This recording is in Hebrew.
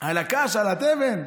על הקש, על התבן.